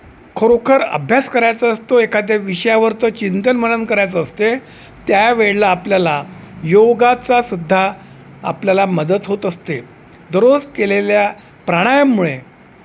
खरोखर अभ्यास करायचा असतो एखाद्या विषयावरच चिंतन मनन करायचं असते त्यावेळेला आपल्याला योगाचा सुद्धा आपल्याला मदत होत असते दररोज केलेल्या प्राणायामामुळे